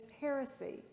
heresy